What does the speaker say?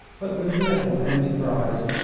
but with little enterprise.